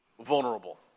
vulnerable